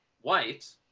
white